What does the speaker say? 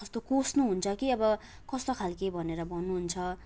कस्तो कोस्नुहुन्छ कि अब कस्तो खालके भनेर भन्नुहुन्छ